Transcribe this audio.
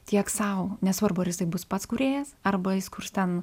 tiek sau nesvarbu ar jisai bus pats kūrėjas arba jis kurs ten